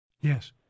Yes